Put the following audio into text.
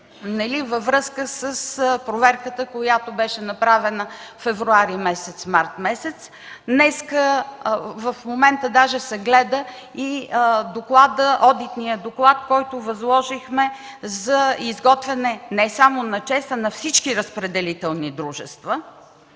във връзка с проверката, която беше направена през февруари-март месец. В момента даже се гледа и одитният доклад, който възложихме за изготвяне, не само на ЧЕЗ, а на всички разпределителни дружества.